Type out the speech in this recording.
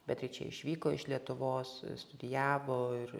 beatričė išvyko iš lietuvos studijavo ir